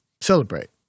Celebrate